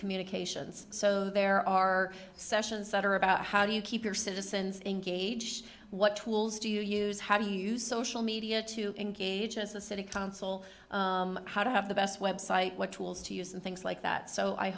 communications so there are sessions that are about how do you keep your citizens engaged what tools do you use how you use social media to engage as a city council how to have the best website what tools to use and things like that so i